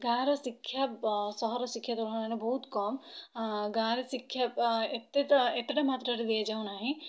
ଗାଁ'ର ଶିକ୍ଷା ସହରର ଶିକ୍ଷା ତୁଳନାରେ ବହୁତ କମ୍ ଗାଁ'ରେ ଶିକ୍ଷା ଏତେଟା ଏତେଟା ମାତ୍ରାରେ ଦିଆଯାଉ ନାହିଁ